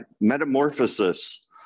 metamorphosis